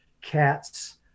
cats